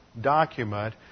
document